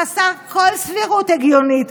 חסר כל סבירות הגיונית,